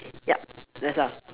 yup that's all